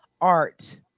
art